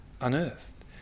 unearthed